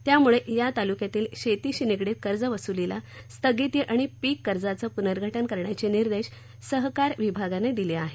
त्यामुळे या तालुक्यातील शेतीशी निगडीत कर्ज वसुलीला स्थगिती आणि पीक कर्जाचं प्नर्गठन करण्याचे निर्देश सहकार विभागानं दिले आहेत